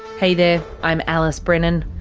hey there, i'm alice brennan.